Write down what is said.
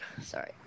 Sorry